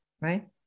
Right